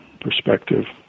perspective